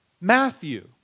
Matthew